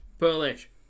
Polish